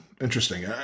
Interesting